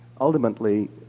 Ultimately